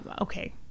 okay